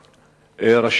אלדד.